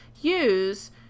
Use